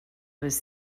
was